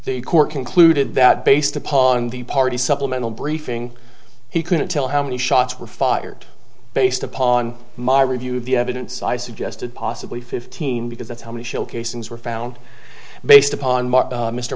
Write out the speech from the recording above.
the court concluded that based upon the party supplemental briefing he couldn't tell how many shots were fired based upon my review of the evidence i suggested possibly fifteen because that's how many shell casings were found based upon